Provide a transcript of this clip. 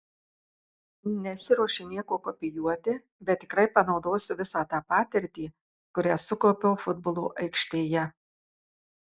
nesiruošiu nieko kopijuoti bet tikrai panaudosiu visą tą patirtį kurią sukaupiau futbolo aikštėje